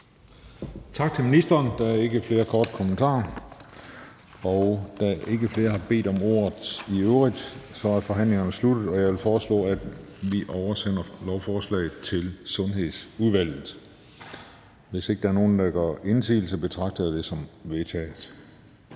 Tak til ministeren. Der er ikke flere korte bemærkninger. Da der ikke er flere, der har bedt om ordet, er forhandlingen sluttet. Jeg foreslår, at vi oversender lovforslaget til Sundhedsudvalget. Hvis ikke der er nogen, der gør indsigelse, betragter jeg det som vedtaget.